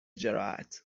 جراحت